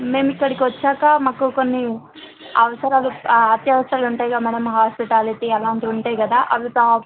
మేము ఇక్కడికి వచ్చాక మాకు కొన్ని అవసరాలు అత్యవసరాలు ఉంటాయి కదా మ్యాడమ్ హాస్పిటాలిటీ అలాంటివి ఉంటాయి కదా అవి ప్రా